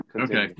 Okay